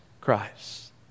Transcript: Christ